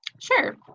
Sure